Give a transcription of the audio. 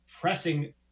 pressing